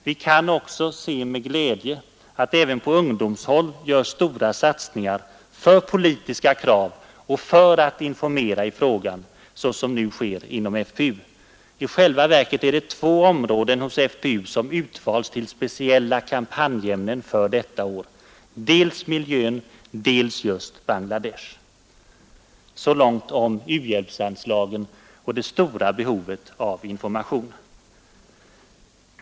Vi kan också se med glädje att även på ungdomshåll görs stora satsningar för politiska krav och för att informera i frågan, såsom nu sker av FPU. I själva verket är det två områden hos FPU som utvalts till speciella kampanjämnen för detta år: dels miljön, dels just Bangla Desh. Så långt om u-hjälpsanslagen och det stora behovet av information.